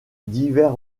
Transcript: divers